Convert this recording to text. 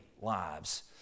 lives